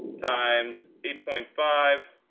times eight point five.